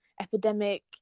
epidemic